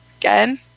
Again